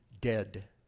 dead